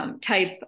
type